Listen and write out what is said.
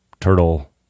turtle